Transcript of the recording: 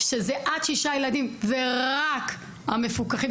שישה ילדים ורק המפוקחים,